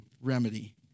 remedy